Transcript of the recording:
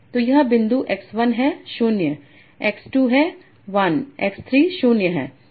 तो यह बिंदु x 1है 0 x 2 है 1 x 3 0 है